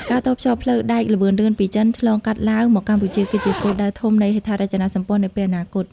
ការតភ្ជាប់ផ្លូវដែកល្បឿនលឿនពីចិន ឆ្លងកាត់ឡាវ មកកម្ពុជា គឺជាគោលដៅធំនៃហេដ្ឋារចនាសម្ព័ន្ធនាពេលអនាគត។